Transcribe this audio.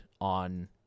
on